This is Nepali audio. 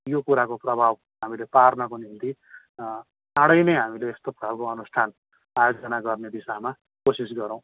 यो कुराको प्रभाव हामीले पार्नको निम्ति चाँढै नै हामीले यस्तो खाल्को अनुष्ठान आयोजना गर्ने दिशामा कोसिस गरौँ